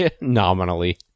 nominally